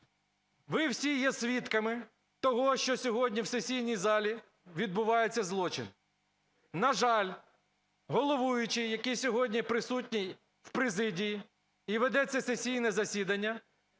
Ви всі є свідками того, що сьогодні в сесійній залі відбувається злочин. На жаль, головуючий, який сьогодні присутній в президії і веде це сесійне засідання,